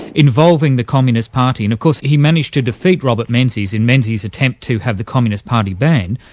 involving the communist party, and of course he managed to defeat robert menzies in menzies' attempt to have the communist party banned.